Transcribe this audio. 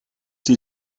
the